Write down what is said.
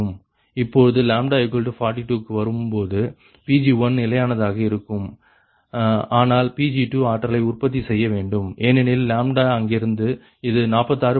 இப்பொழுது 42 க்கு வரும்போது Pg1 நிலையானதாக இருக்கும் ஆனால் Pg2 ஆற்றலை உற்பத்தி செய்ய வேண்டும் ஏனெனில் இங்கிருந்து இது 46